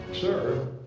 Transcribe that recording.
Sir